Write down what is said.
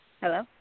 Hello